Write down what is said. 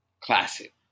classic